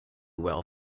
well